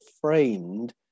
framed